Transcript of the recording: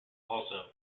also